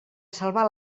salvar